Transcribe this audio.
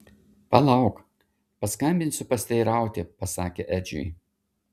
palauk paskambinsiu pasiteirauti pasakė edžiui